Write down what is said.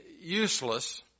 useless